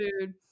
food